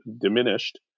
diminished